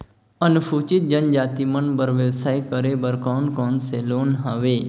अनुसूचित जनजाति मन बर व्यवसाय करे बर कौन कौन से लोन हवे?